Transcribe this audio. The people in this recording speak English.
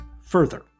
further